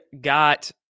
got